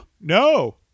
No